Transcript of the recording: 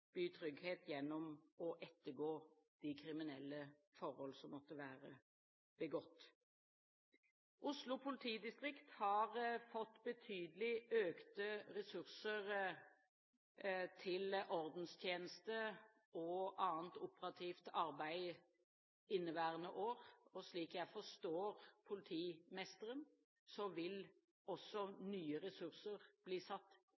gjennom å ettergå de kriminelle forhold som måtte være begått. Oslo politidistrikt har fått betydelig økte ressurser til ordenstjeneste og annet operativt arbeid inneværende år, og slik jeg forstår politimesteren, vil også nye ressurser bli satt